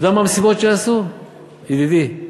אתה יודע מה המסיבות שעשו, ידידי?